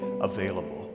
available